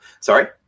Sorry